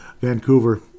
Vancouver